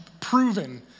proven